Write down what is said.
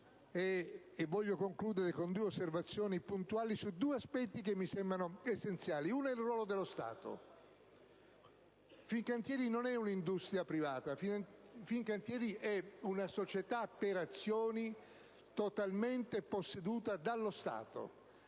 voglio concludere con due osservazioni puntuali su due aspetti che mi sembrano essenziali. Il primo riguarda il ruolo dello Stato: Fincantieri non è un'industria privata ma una società per azioni totalmente posseduta dallo Stato,